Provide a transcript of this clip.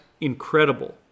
incredible